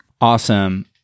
Awesome